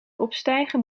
opstijgen